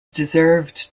deserved